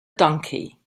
donkey